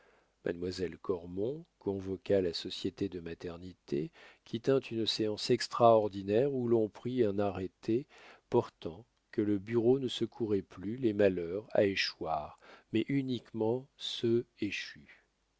mademoiselle cormon convoqua la société de maternité qui tint une séance extraordinaire où l'on prit un arrêté portant que le bureau ne secourrait plus les malheurs à échoir mais uniquement ceux échus